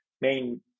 main